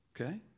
Okay